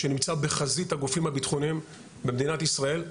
שנמצא בחזית הגופים הבטחוניים במדינת ישראל,